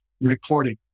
recording